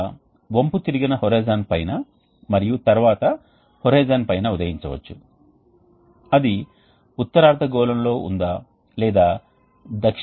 చల్లని ద్రవ ప్రవాహానికి సంబంధించినంత వరకు ఇది ఉష్ణ బదిలీ రేటు మరియు ఇంటర్మీడియట్ ఫ్లూయిడ్ స్ట్రీమ్కు సంబంధించినంత వరకు ఇది ఉష్ణ బదిలీ రేటు మరియు అప్పుడు అవి స్థిరమైన స్థితిలో పనిచేస్తున్నాయని శక్తి లేదని మేము భావించాము